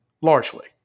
Largely